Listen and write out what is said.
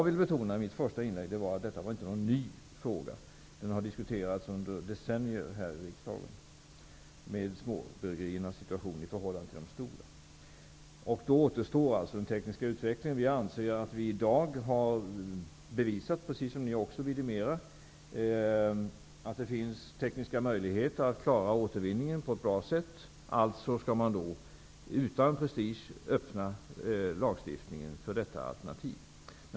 I mitt första inlägg ville jag betona att frågan om de små bryggeriernas situation i förhållande till de stora inte är ny. Den har diskuterats under decennier här i riksdagen. Frågan om den tekniska utvecklingen återstår. Vi anser att vi i dag har bevisat, vilket ni också vidimerar, att det finns tekniska möjligheter att klara återvinningen på ett bra sätt. Man kan således utan prestige öppna lagstiftningen för detta alternativ.